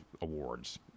awards